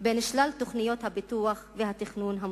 בשלל תוכניות הפיתוח והתכנון המוצגות.